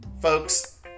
Folks